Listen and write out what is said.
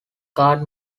card